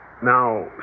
Now